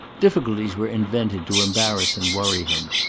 difficulties were invented to embarrass and worry him.